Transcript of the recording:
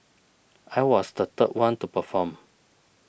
I was the third one to perform